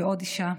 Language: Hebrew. ועוד אישה,